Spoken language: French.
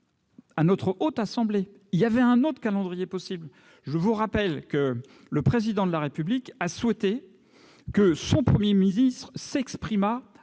par le Gouvernement. Il y avait un autre calendrier possible ! Je vous rappelle que le Président de la République a souhaité que son Premier ministre s'exprimât